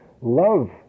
love